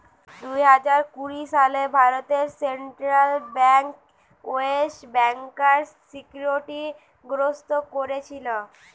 দুই হাজার কুড়ি সালে ভারতে সেন্ট্রাল বেঙ্ক ইয়েস ব্যাংকার সিকিউরিটি গ্রস্ত কোরেছিল